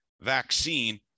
vaccine